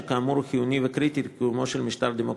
שכאמור הוא חיוני וקריטי לקיומו של משטר דמוקרטי.